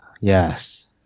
Yes